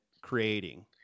creating